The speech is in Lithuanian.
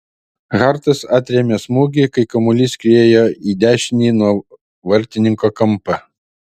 hartas atrėmė smūgį kai kamuolys skriejo į dešinį nuo vartininko kampą